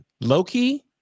Loki